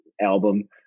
album